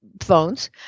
phones